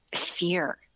fear